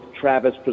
Travis